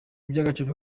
iby’agaciro